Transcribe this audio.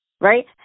Right